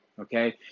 okay